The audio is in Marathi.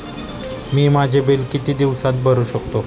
मी माझे बिल किती दिवसांत भरू शकतो?